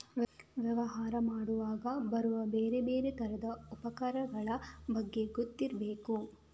ವ್ಯವಹಾರ ಮಾಡುವಾಗ ಬರುವ ಬೇರೆ ಬೇರೆ ತರದ ಅಪಾಯಗಳ ಬಗ್ಗೆ ಗೊತ್ತಿರ್ಬೇಕು